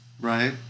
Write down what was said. right